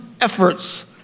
efforts